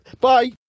Bye